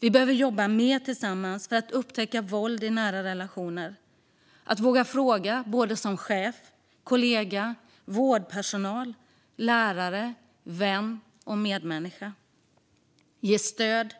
Vi behöver jobba mer tillsammans för att upptäcka våld i nära relationer. Vi behöver våga fråga, såväl som chef som kollega, vårdpersonal, lärare, vän och medmänniska. Vi behöver ge stöd,